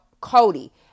cody